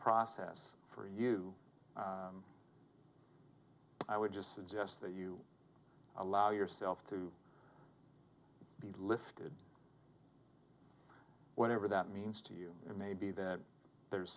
process for you i would just suggest that you allow yourself to be lifted whatever that means to you it may be that there